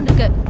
good